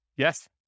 Yes